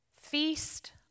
Feast